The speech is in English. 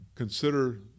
Consider